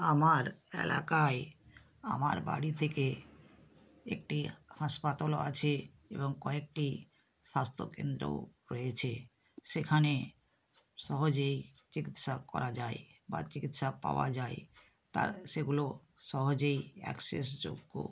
আমার এলাকায় আমার বাড়ি থেকে আমার বাড়ি থেকে একটি হাসপাতালও আছে এবং কয়েকটি স্বাস্থ্যকেন্দ্রও রয়েছে সেখানে সহজেই চিকিৎসা করা যায় বা চিকিৎসা পাওয়া যায় তা সেগুলো সহজেই অ্যাক্সেসযোগ্য